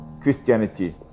Christianity